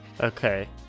Okay